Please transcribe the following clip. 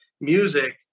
music